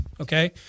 Okay